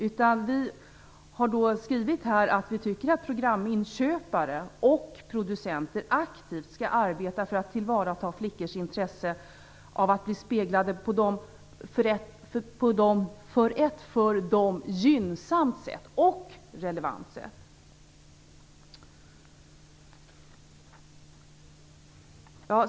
Miljöpartiet har skrivit att vi tycker att programinköpare och producenter aktivt skall arbeta för att tillvarata flickors intresse av att bli speglade på ett för dem gynnsamt och relevant sätt.